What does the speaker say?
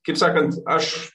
kaip sakant aš